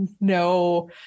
no